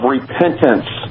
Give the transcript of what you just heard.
Repentance